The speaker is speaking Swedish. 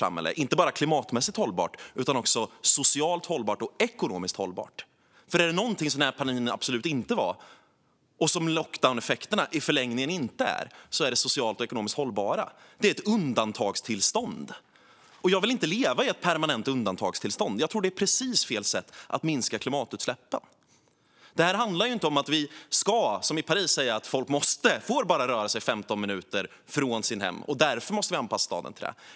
Samhället ska inte bara vara klimatmässigt hållbart utan också socialt och ekonomiskt hållbart, och är det någonting som pandemin absolut inte var och som lockdowneffekterna i förlängningen inte var är det socialt och ekonomiskt hållbara. Det var ett undantagstillstånd, och jag vill inte leva i ett permanent undantagstillstånd. Jag tror att det är precis fel sätt att minska klimatutsläppen. Det här handlar inte om att vi ska säga som i Paris, alltså att folk bara får röra sig 15 minuter från sitt hem och att vi måste anpassa staden till det.